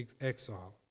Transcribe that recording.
exile